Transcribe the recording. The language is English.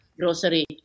Grocery